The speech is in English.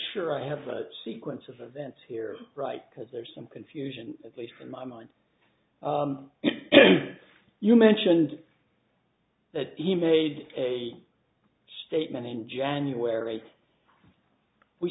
sure i have the sequence of events here right because there's some confusion at least in my mind you mentioned that he made a statement in january we